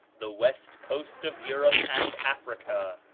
the west coast of europe and africa,